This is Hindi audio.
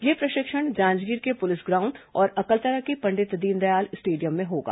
यह प्रशिक्षण जांजगीर के पुलिस ग्राउंड और अकलतरा के पंडित दीनदयाल स्टेडियम में होगा